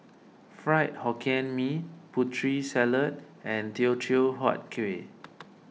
Fried Hokkien Mee Putri Salad and Teochew Huat Kuih